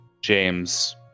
James